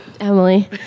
Emily